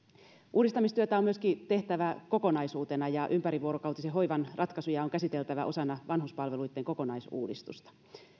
uudistamistyötä on myöskin tehtävä kokonaisuutena ja ympärivuorokautisen hoivan ratkaisuja on käsiteltävä osana vanhuspalveluitten kokonaisuudistusta